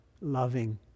loving